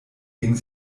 ging